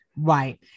Right